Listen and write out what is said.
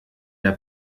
der